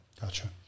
Gotcha